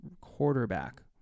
quarterback